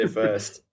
first